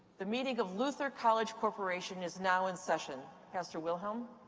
the meeting of luther college corporation is now in session. pastor wilhelm.